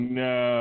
no